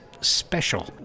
special